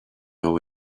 know